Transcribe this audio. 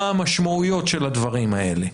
מה המשמעויות של הדברים האלה.